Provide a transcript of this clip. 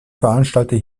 veranstalte